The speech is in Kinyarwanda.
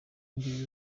indyo